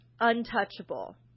untouchable